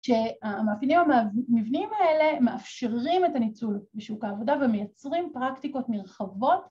שהמאפיינים המבניים האלה מאפשרים את הניצול בשוק העבודה ומייצרים פרקטיקות נרחבות